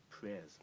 prayers